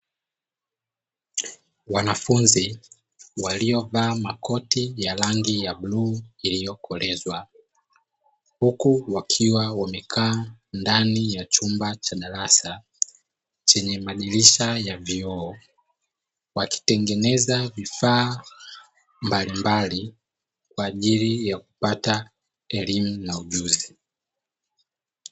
Wanafunzi waliovaa makoti ya rangi ya bluu yaliyokolezwa huku wakiwa wamekaa ndani ya chumba cha darasa chenye madirisha ya vioo, wakitengeneza vifaa mbalimbali kwa ajili ya kupata elimu na ujuzi.